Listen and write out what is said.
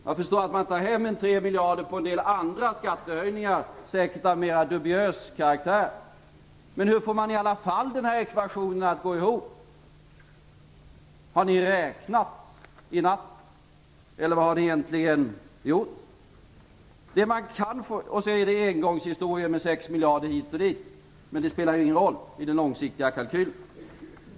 Jag förstår att man tar hem 3 miljarder på en del andra skattehöjningar, säkert av mera dubiös karaktär. Men hur får man i alla fall ekvationen att gå ihop? Har ni räknat i natt, eller vad har ni egentligen gjort? Det är också engångshistorien med 6 miljarder hit och dit, men det spelar ju ingen roll i den långsiktiga kalkylen.